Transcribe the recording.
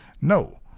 No